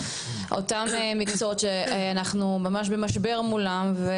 אותם מקצועות שאנחנו ממש במשבר מולם.